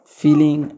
feeling